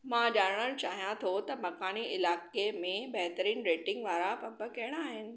मां ॼाणणु चाहियां थो त मक़ानी इलाइक़े में बहितरीन रेटींग वारा पब कहिड़ा आहिनि